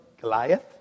Goliath